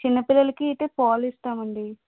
చిన్నపిల్లలకి అయితే పాలు ఇస్తాం అండి